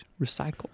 recycle